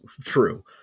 True